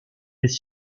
des